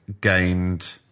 gained